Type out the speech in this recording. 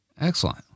Excellent